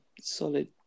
solid